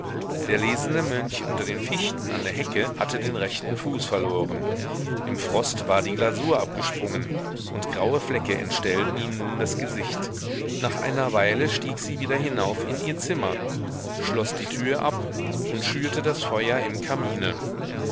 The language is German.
der lesende mönch unter den fichten an der hecke hatte den rechten fuß verloren im frost war die glasur abgesprungen und graue flecke entstellten ihm nun das gesicht nach einer weile stieg sie wieder hinauf in ihr zimmer schloß die tür ab und schürte das feuer im kamine